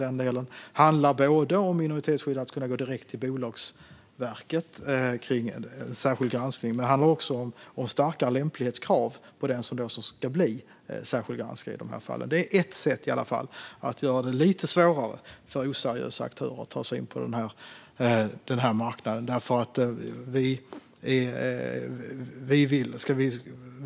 Det handlar både om minoritetsskyddet så att man kan gå direkt till Bolagsverket för en särskild granskning och om starkare lämplighetskrav på den som ska bli särskild granskare i dessa fall. Detta är åtminstone ett sätt för att göra det lite svårare för oseriösa aktörer att ta sig in på marknaden.